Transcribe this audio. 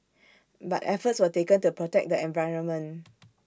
but efforts were taken to protect the environment